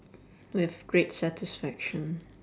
with great satisfaction